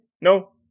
no